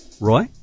Roy